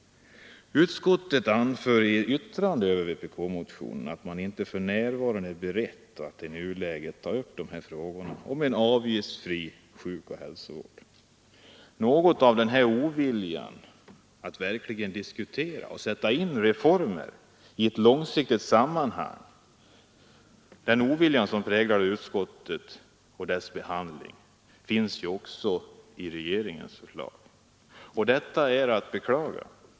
Utskottet anför i sitt yttrande över vpk-motionen att man i nuläget inte är beredd att ta upp frågan om en avgiftsfri sjukoch hälsovård. Något av den ovilja att diskutera och sätta in frågan om reformer i ett långsiktigt sammanhang som präglar utskottet i dess behandling finns även i regeringens förslag. Detta är att beklaga.